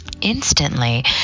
instantly